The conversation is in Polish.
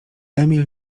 emil